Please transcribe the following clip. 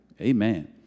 amen